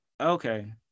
Okay